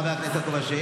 חבר הכנסת יעקב אשר.